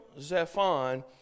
Zephon